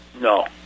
No